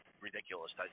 ridiculous